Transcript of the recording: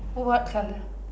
what colour